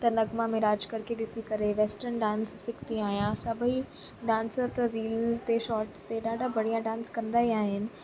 त नगमा मिराजकर खे ॾिसी करे वेस्टर्न डांस सिखंदी आहियां सभेई डांसर त रील ते शॉट्स ते ॾाढा बढ़िया डांस कंदा ई आहिनि